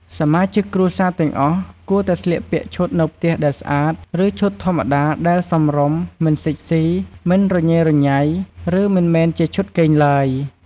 សមាជិកគ្រួសារទាំងអស់ គួរតែស្លៀកពាក់ឈុតនៅផ្ទះដែលស្អាត ឬឈុតធម្មតាដែលសមរម្យ មិនសិចស៊ី មិនរញ៉េរញ៉ៃ ឬមិនមែនជាឈុតគេងឡើយ។